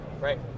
Right